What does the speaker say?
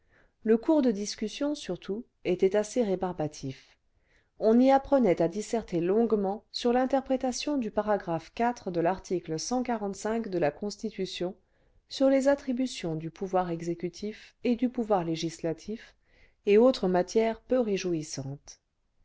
le cours de discussion surtout était assez rébarbatif on y apprenait à disserter longuement sur l'interprétation du paragraphe de l'article de la constitution sur les attributions du pouvoir exécutif et du pouvoir législatif et autres matières peu réjouissantes